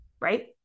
right